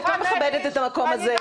כי את לא מכבדת את המקום הזה.